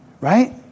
Right